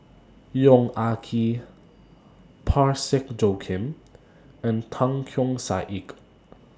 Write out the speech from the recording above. Yong Ah Kee Parsick Joaquim and Tan Keong Saik